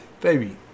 Baby